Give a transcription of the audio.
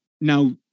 Now